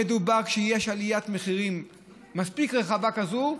כשיש עליית מחירים מספיק רחבה כזו,